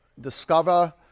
Discover